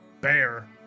bear